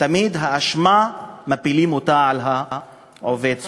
תמיד האשמה, מפילים אותה על העובד הסוציאלי,